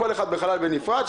כל אחד בחלל בנפרד,